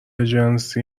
جنسی